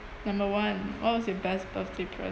number one what was your best birthday present